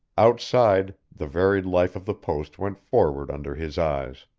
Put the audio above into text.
outside, the varied life of the post went forward under his eyes.